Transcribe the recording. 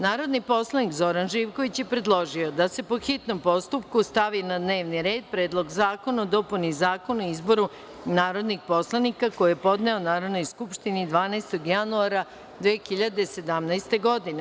Narodni poslanik Zoran Živković je predložio da se, po hitnom postupku, stavi na dnevni red Predlog zakona o dopuni Zakona o izboru narodnih poslanika, koji je podneo Narodnoj skupštini 12. januara 2017. godine.